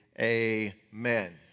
amen